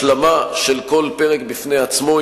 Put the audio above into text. השלמה של כל פרק בפני עצמו,